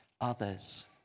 others